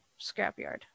scrapyard